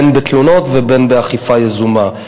אם בתלונות ואם באכיפה יזומה.